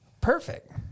Perfect